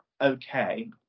okay